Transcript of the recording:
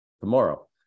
tomorrow